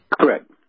Correct